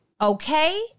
okay